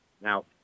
Now